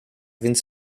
więc